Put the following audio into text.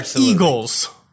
eagles